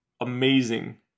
amazing